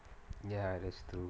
ya that's true